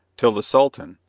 till the sultan,